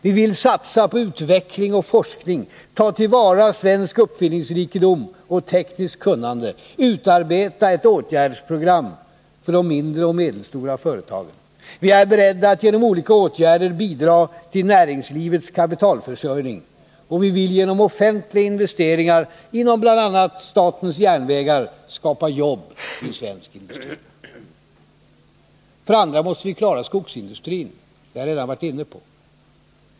Vi vill satsa på utveckling och forskning, ta till vara svensk uppfinningsrikedom och tekniskt kunnande, utarbeta ett åtgärdsprogram för de mindre och medelstora företagen. Vi är beredda att genom olika åtgärder bidra till näringslivets kapitalförsörjning. Vi vill genom offentliga investeringar, inom bl.a. SJ, skapa jobb i svensk industri. För det andra måste vi klara vår skogsindustri, det har jag redan förut varit inne på.